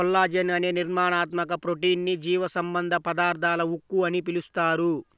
collagen అనే నిర్మాణాత్మక protein ని జీవసంబంధ పదార్థాల ఉక్కు అని పిలుస్తారు